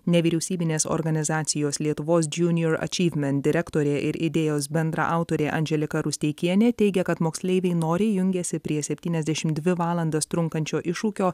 nevyriausybinės organizacijos lietuvos junior achievement direktorė ir idėjos bendraautorė andželika rusteikienė teigia kad moksleiviai noriai jungiasi prie septyniasdešimt dvi valandas trunkančio iššūkio